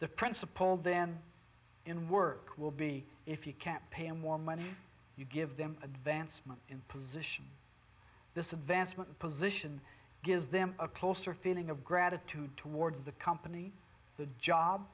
the principle then in work will be if you can't pay and more money you give them advancement in position this advancement position gives them a closer feeling of gratitude towards the company the job